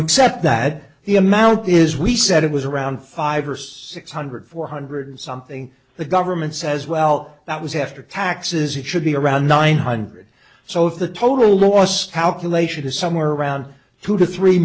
accept that the amount is we said it was around five or six hundred four hundred something the government says well that was after taxes it should be around nine hundred so the total loss calculation is somewhere around two to three